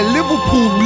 Liverpool